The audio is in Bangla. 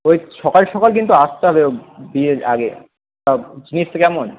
ওই সকাল সকাল কিন্তু আসতে হবে বিয়ের আগে সব জিনিস থে কেমন